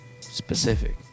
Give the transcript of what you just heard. Specific